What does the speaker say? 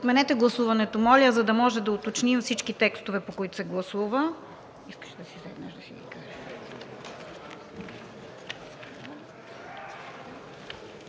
отменете гласуването, за да може да уточним всички текстове, по които се гласува.